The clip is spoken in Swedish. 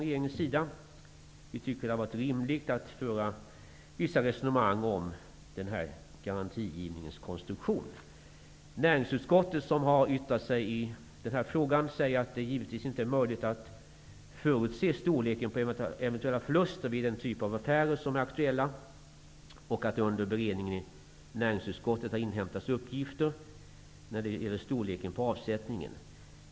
Vi tycker att hade varit rimligt att föra vissa resonemang om denna garantigivnings konstruktion. Näringsutskottet, som har yttrat sig i denna fråga, säger att det givetvis inte är möjligt att förutse storleken på eventuella förluster vid den typ av affärer som är aktuella och att det under beredningen i näringsutskottet har inhämtats uppgifter när det gäller storleken på avsättningen.